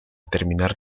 terminar